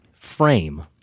Frame